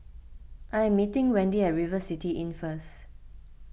I am meeting Wendy at River City Inn first